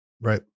Right